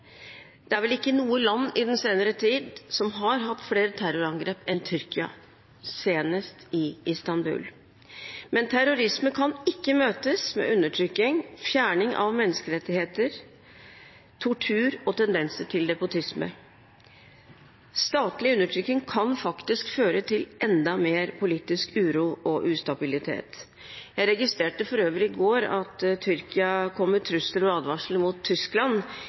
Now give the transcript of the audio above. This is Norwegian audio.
Det er vel ikke noe land i den senere tid som har hatt flere terrorangrep enn Tyrkia, senest i Istanbul. Men terrorisme kan ikke møtes med undertrykking, fjerning av menneskerettigheter, tortur og tendenser til despotisme. Statlig undertrykking kan føre til enda mer politisk uro og ustabilitet. Jeg registrerte for øvrig i går at Tyrkia kom med trusler og advarsler mot Tyskland